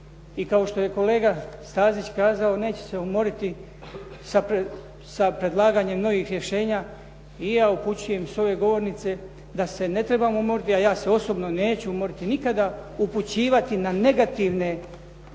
i kao što je kolega Stazić kazao, neće se umoriti sa predlaganjem novih rješenja, i ja upućujem s ove govornice da se ne trebamo umoriti, i ja se osobno neću umoriti nikada upućivati na negativne pojave